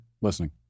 listening